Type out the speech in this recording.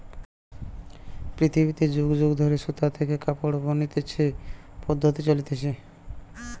পৃথিবীতে যুগ যুগ ধরে সুতা থেকে কাপড় বনতিছে পদ্ধপ্তি চলতিছে